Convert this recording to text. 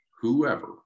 whoever